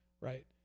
right